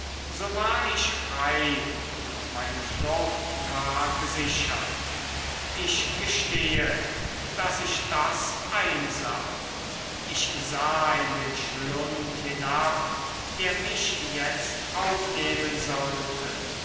so war ich frei und meine flucht war gesichert ich gestehe daß ich das einsah ich sah in den schlund hinab der mich jetzt aufnehmen sollte